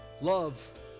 Love